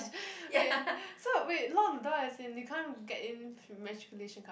ya